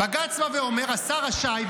בג"ץ אומר שהשר רשאי,